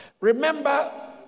Remember